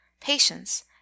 patience